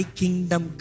kingdom